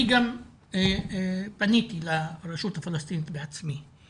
אני גם פניתי לרשות הפלסטינית בעצמי.